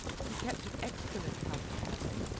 he kept an excellent house in london,